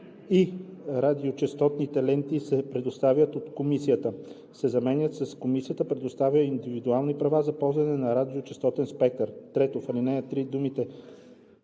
и радиочестотните ленти се предоставят от комисията“ се заменят с „Комисията предоставя индивидуални права за ползване на радиочестотен спектър“. 3. В ал. 3 думите